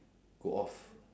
go off